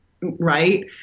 right